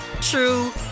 true